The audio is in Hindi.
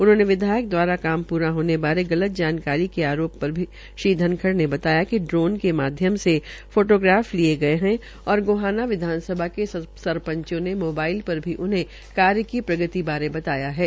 उन्होंने विधायक दवारा काम पूरा होने बारे गलत जानकरी के आरोप पर श्री धनखड़ ने बताया कि ड्रोन की माध्यम से फोटोग्राफ लिये गये है और गोहाना विधानसभा के सरपंच ने मोबाइल पर भी उन्हें कार्य की प्रगति बारे बतायाहै